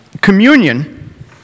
Communion